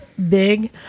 big